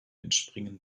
entspringen